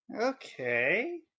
Okay